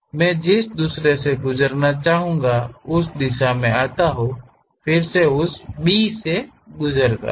मैं जिस दूसरे से गुजरना चाहूंगा उस दिशा में आता हूं फिर से उस B से गुजरता हूं